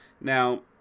Now